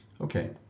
Okay